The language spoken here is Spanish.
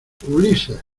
ulises